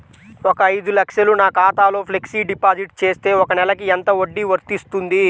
ఒక ఐదు లక్షలు నా ఖాతాలో ఫ్లెక్సీ డిపాజిట్ చేస్తే ఒక నెలకి ఎంత వడ్డీ వర్తిస్తుంది?